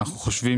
אנחנו רואים